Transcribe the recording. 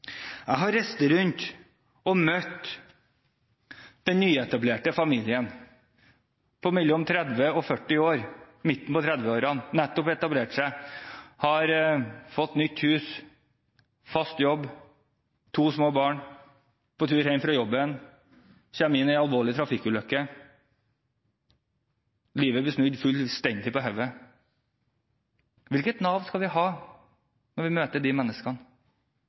Jeg har reist rundt og møtt nyetablerte midt i 30-årene, som har nytt hus, fast jobb og to små barn, og som på tur hjem fra jobben kommer i en alvorlig trafikkulykke. Livet blir snudd fullstendig på hodet. Hvilket Nav skal vi ha som møter disse menneskene?